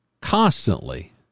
constantly